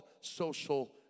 social